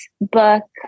book